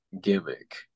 gimmick